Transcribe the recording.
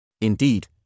Indeed